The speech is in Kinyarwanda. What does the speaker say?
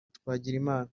twagirimana